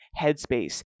headspace